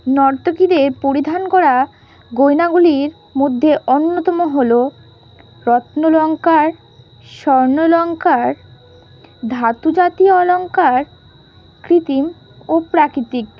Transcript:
নর্তকীদের পরিধান করা গয়নাগুলির মধ্যে অন্যতম হলো রত্নলঙ্কার স্বর্ণলঙ্কার ধাতু জাতীয় অলঙ্কার কৃত্রিম ও প্রাকৃতিক